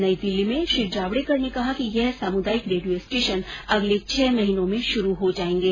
नई दिल्ली में श्री जावड़ेकर ने कहा कि यह सामुदायिक रेडियो स्टेशन अगले छह महीनों में शुरू हो जायेंगे